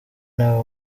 ntawe